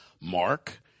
Mark